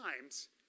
times